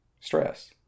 stress